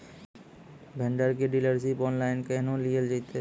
Vendor केर dealership online केहनो लियल जेतै?